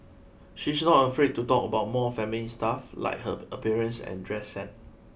she is not afraid to talk about more feminine stuff like her appearance and dress sense